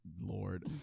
Lord